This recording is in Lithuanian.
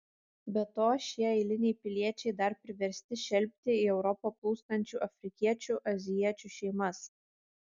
be to šie eiliniai piliečiai dar priversti šelpti į europą plūstančių afrikiečių azijiečių šeimas